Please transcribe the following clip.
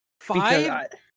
Five